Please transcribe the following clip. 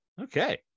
Okay